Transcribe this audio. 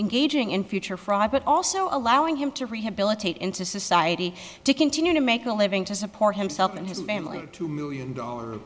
engaging in future fraud but also allowing him to rehabilitate into society to continue to make a living to support himself and his family two million dollar